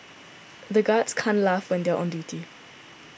the guards can't laugh when they are on duty